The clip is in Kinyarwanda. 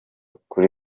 kuri